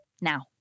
Now